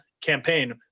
campaign